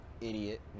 Idiot